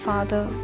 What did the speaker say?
Father